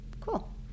cool